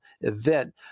event